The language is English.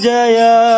Jaya